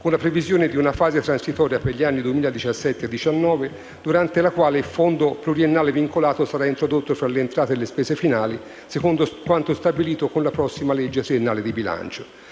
con la previsione di una fase transitoria per gli anni 2017-2019, durante la quale il fondo pluriennale vincolato sarà introdotto fra le entrate e le spese finali secondo quanto stabilito con la prossima legge triennale di bilancio.